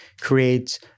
create